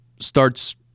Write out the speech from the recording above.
starts